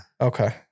okay